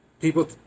people